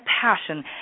passion